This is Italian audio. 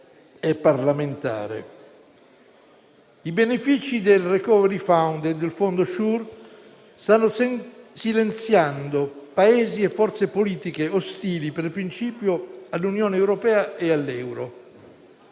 I benefici del *recovery fund* e del fondo Sure stanno silenziando Paesi e forze politiche ostili per principio all'Unione europea e all'euro.